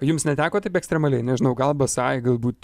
jums neteko taip ekstremaliai nežinau gal basai galbūt